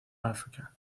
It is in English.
africa